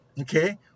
Okay